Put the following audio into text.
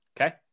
Okay